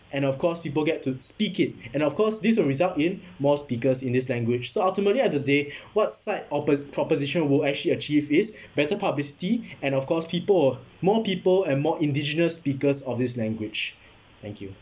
and of course people get to speak it and of course this will result in more speakers in this language so ultimately end of the day what side oppo~ proposition will actually achieve is better publicity and of course people will more people and more indigenous speakers of this language thank you